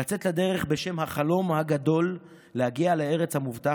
לצאת לדרך בשם החלום הגדול להגיע לארץ המובטחת,